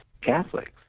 Catholics